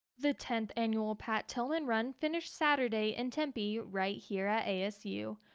the tenth annual pat tillman run finished saturday in tempe right here at asu.